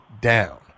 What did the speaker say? down